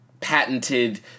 patented